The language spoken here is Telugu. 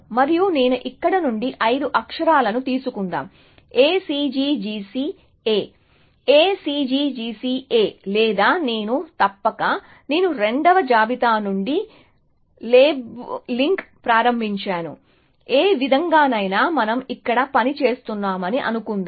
మరియు నేను ఇక్కడ నుండి ఐదు అక్షరాలను తీసుకుందాం A C G C A A C G C A లేదా నేను తప్పక నేను రెండవ జాబితా నుండి లేబులింగ్ ప్రారంభించాను ఏ విధంగానైనా మనం ఇక్కడ పని చేస్తున్నామని అనుకుందాం